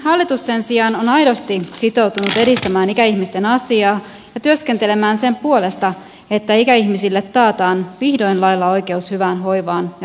hallitus sen sijaan on aidosti sitoutunut edistämään ikäihmisten asiaa ja työskentelemään sen puolesta että ikäihmisille taataan vihdoin lailla oikeus hyvään hoivaan ja palveluihin